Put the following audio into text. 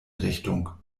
richtung